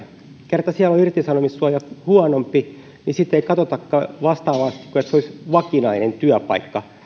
kerta siellä on irtisanomissuoja huonompi niin sitten ei katsotakaan vastaavasti kuin jos se olisi vakinainen työpaikka